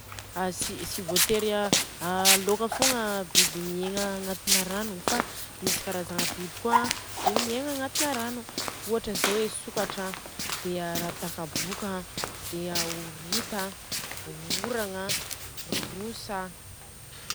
A tsy voatery a lôka fogna biby miegna agnatina rano fa misy karazagna biby koa a dia miegna agnatina rano, ohatra zô le sokatra an, dia a radaka boka an, dia horita an, dia oragna an, dia rosa an..